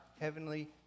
heavenly